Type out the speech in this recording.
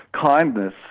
kindness